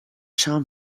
sum